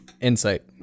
Insight